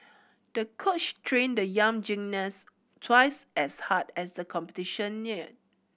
the coach trained the young gymnast twice as hard as the competition near